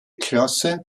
klasse